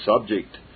subject